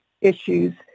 issues